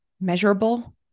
measurable